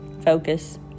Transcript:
focus